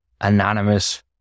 anonymous